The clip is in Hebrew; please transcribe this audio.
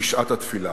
בשעת התפילה,